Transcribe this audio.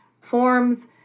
forms